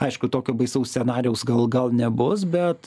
aišku tokio baisaus scenarijaus gal gal nebus bet